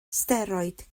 steroid